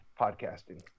podcasting